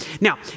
Now